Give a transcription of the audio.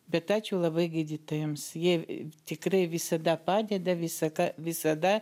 bet ačiū labai gydytojams jie tikrai visada padeda visa ką visada